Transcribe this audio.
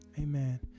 Amen